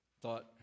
thought